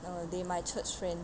uh they my church friend